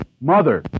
mother